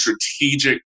strategic